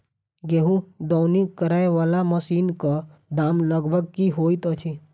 गेंहूँ दौनी करै वला मशीन कऽ दाम लगभग की होइत अछि?